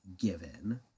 given